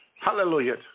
hallelujah